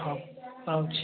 ହଉ ରହୁଛି